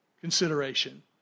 consideration